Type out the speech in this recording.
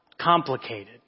complicated